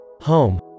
home